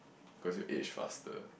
cause you'll age faster